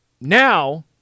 Now